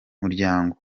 muryango